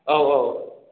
औ औ